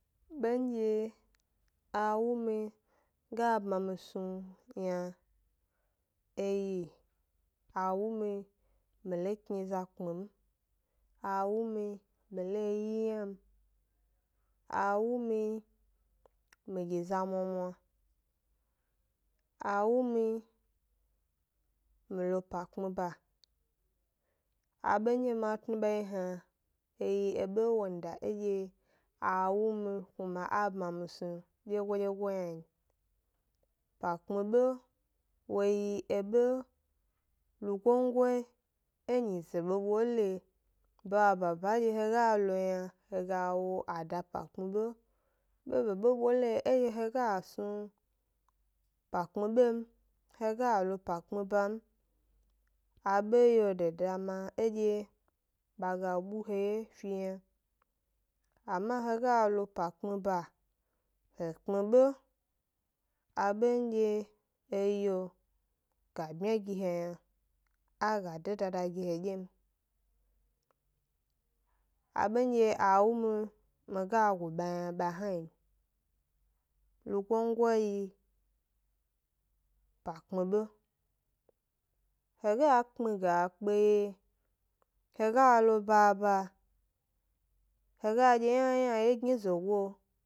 Bendye a wu mi ga bma mi snu yna, e yi, a wu mi mi lo kni 'za 'kpmi m, a wu mi mi lo wyi 'yna m, a wu mi mi gi'za mwamwa, a wu mi mi lo 'pa kpmi ba, abendye ma tnu ba ye hna ba yi abe ndye a wu mi kuma a bma mi snu dyegoyi, dyegoyi yna n. 'Pa kpmi 'be wo yi ebe lugongo e nyize be bole, bababa ndye he ga lo yna he ga wo a da 'pa kpmi 'be, bebebe bole edye he ga snu 'pa kpmi be m, he ga lo pa kpmi ba m, abe yio de dama ndye ba ga bu he wye fi yna, ama he ga lo pa kpmi ba, he kpmi 'be abendye e yio ga bmya gi he aga de dada gi hedye m, abendye a wu mi, mi ga go ba yna ba hna n. Lugongo yi, 'pa kpmi 'be, he ga kpmi ga kpeye, he ga lo baba, he ga dye ynayna wye gni zogo.